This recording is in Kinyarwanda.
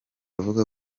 avuga